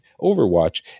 overwatch